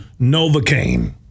Novocaine